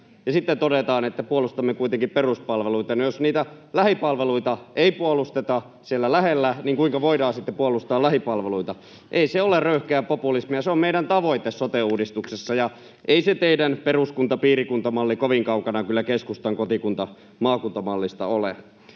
sitten todetaan, että puolustamme kuitenkin peruspalveluita. Jos niitä lähipalveluita ei puolusteta siellä lähellä, niin kuinka voidaan sitten puolustaa lähipalveluita? Ei se ole röyhkeää populismia, se on meidän tavoitteemme sote-uudistuksessa. Ja ei se teidän peruskunta—piirikunta-mallinne kovin kaukana kyllä keskustan kotikunta—maakunta-mallista ole.